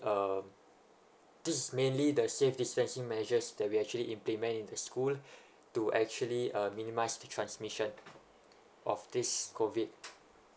uh just mainly the safe distancing measures that we actually implement in the school to actually uh minimise the transmission of this COVID